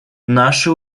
наше